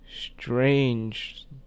strange